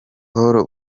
paul